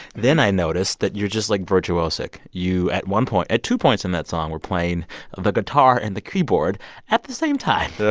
then i noticed that you're just, like, virtuosic. you, at one point at two points in that song, were playing the guitar and the keyboard at the same time